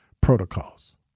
protocols